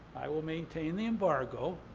i will maintain the embargo,